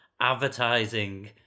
Advertising